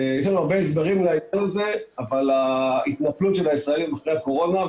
יש לנו הרבה הסברים לעניין הזה ולהתנפלות של הישראלים אחרי הקורונה,